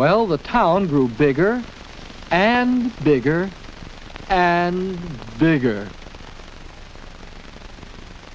well the town grew bigger and bigger and bigger